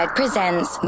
presents